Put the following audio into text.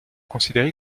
considérée